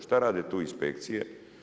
Šta rade tu inspekcije?